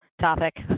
topic